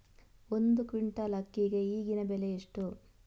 ಒಂದು ಕ್ವಿಂಟಾಲ್ ಅಕ್ಕಿಗೆ ಈಗಿನ ಬೆಲೆ ಎಷ್ಟು?